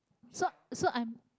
so so i'm